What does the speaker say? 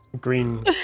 green